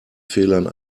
fehlern